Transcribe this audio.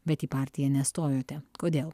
bet į partiją nestojote kodėl